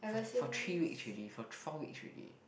for for three weeks already for four weeks already